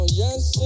yes